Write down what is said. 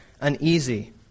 uneasy